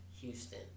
Houston